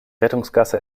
rettungsgasse